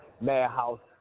Madhouse